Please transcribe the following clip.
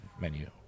menu